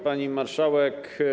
Pani Marszałek!